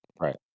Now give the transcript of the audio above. Right